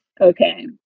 Okay